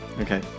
Okay